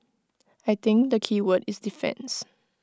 I think the keyword is defence